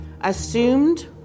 assumed